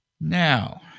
Now